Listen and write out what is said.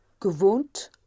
gewohnt